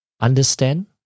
understand